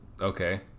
Okay